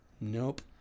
Nope